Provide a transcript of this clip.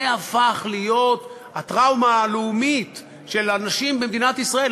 זה הפך להיות הטראומה הלאומית של אנשים במדינת ישראל,